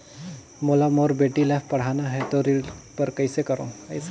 मोला मोर बेटी ला पढ़ाना है तो ऋण ले बर कइसे करो